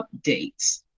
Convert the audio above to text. updates